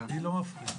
לי לא מפריעים.